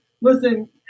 Listen